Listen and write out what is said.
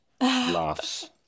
laughs